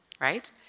Right